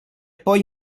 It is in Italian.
poi